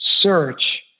search